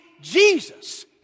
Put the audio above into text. Jesus